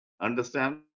Understand